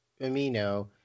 Amino